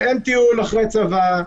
ואין טיול אחרי צבא,